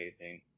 amazing